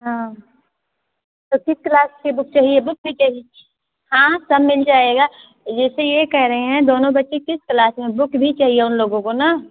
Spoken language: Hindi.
हाँ तो किस क्लास की बुक चाहिए बुक भी चाहिए हाँ सब मिल जाएगा जैसे ये कह रहे हैं दोनों बच्चे किस क्लास में बुक भी चाहिए उन लोगों को ना